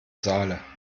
saale